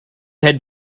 had